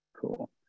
Cool